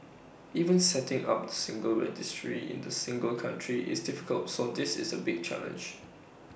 even setting up single registry in the single country is difficult so this is A big challenge